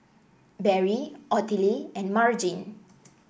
Barry Ottilie and Margene